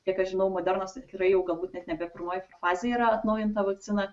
kiek aš žinau modernos atskirai jau galbūt net nebe pirmoj fazėj yra atnaujinta vakcina